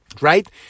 right